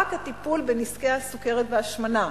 רק הטיפול בנזקי הסוכרת וההשמנה.